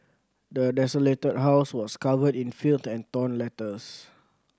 the desolated house was covered in filth and torn letters